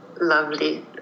lovely